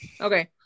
Okay